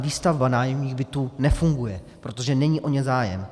Výstavba nájemních bytů nefunguje, protože není o ně zájem.